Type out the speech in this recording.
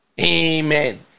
Amen